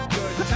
Good